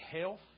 health